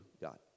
God